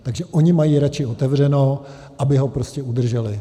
Takže oni mají radši otevřeno, aby ho prostě udrželi.